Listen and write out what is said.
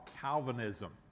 Calvinism